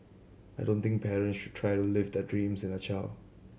I don't think parents should try to live their dreams in a child